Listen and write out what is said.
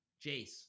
Jace